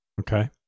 okay